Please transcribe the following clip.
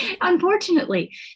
unfortunately